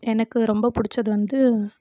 எனக்கு ரொம்ப பிடிச்சது வந்து